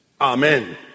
Amen